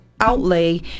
outlay